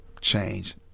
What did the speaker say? change